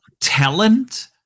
talent